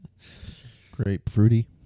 Grapefruity